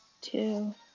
Two